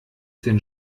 denn